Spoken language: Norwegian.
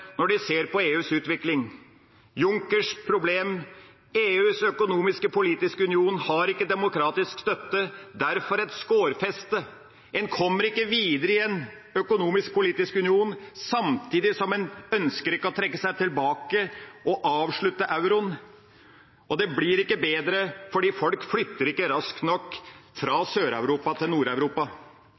når de ser på EUs utvikling. Junckers problem er: EUs økonomiske og politiske union har ikke demokratisk støtte. Derfor et skårfeste – en kommer ikke videre i en økonomisk og politisk union samtidig som en ikke ønsker å trekke tilbake og avslutte euroen. Det blir ikke bedre, for folk flytter ikke raskt nok fra Sør-Europa til